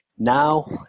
Now